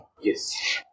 Yes